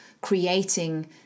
creating